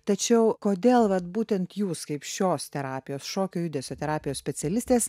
tačiau kodėl vat būtent jūs kaip šios terapijos šokio judesio terapijos specialistės